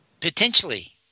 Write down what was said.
Potentially